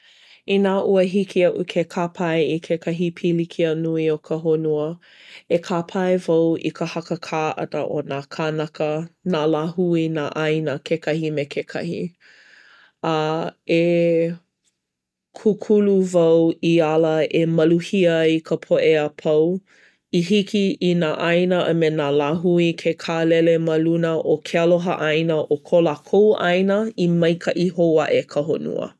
Inā ua hiki iaʻu ke kāpae i kekahi pilikia nui o ka honua, e kāpae wau i ka hakakā ʻana o nā kānaka nā lāhui nā ʻāina kekahi me kekahi. A e kūkulu wau i ala e maluhia ai ka poʻe a pau. I hiki i nā ʻāina a me nā lāhui ke kālele ma luna o ke aloha ʻāina o ko lākou ʻāina i maikaʻi hou aʻe ka honua.